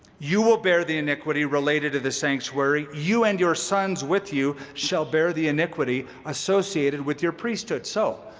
you will bear the iniquity related to the sanctuary, you and your sons with you shall bear the iniquity associated with your priesthood so,